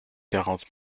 quarante